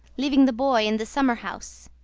leaving the boy in the summer-house.